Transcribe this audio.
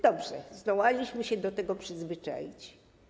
Dobrze, zdołaliśmy się do tego przyzwyczaić.